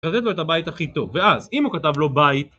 חזק לו את הבית הכי טוב, ואז אם הוא כתב לו בית